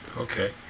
Okay